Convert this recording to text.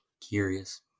Curious